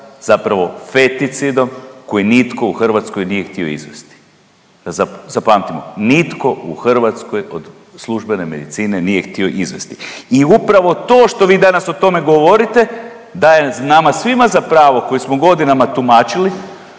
zapravo feticidom koji nitko u Hrvatskoj nije htio izvesti. Zapamtimo, nitko u Hrvatskoj od službene medicine nije htio izvesti. I upravo to što vi danas o tome govorite daje nama svima za pravo koji smo godinama tumačili